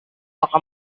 akan